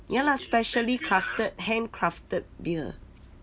ya lah specially crafted handcrafted beer